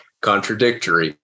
Contradictory